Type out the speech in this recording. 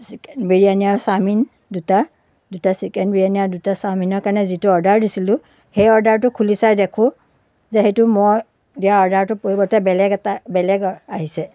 chicken biryani আৰু chowmein দুটা দুটা চিকেন বিৰিয়ানী আৰু দুটা চাওমিনৰ কাৰণে যিটো অৰ্ডাৰ দিছিলোঁ সেই অৰ্ডাৰটো খুলি চাই দেখোঁ যে সেইটো মই দিয়া অৰ্ডাৰটোৰ পৰিৱৰ্তে বেলেগ এটা বেলেগৰ আহিছে